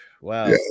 Wow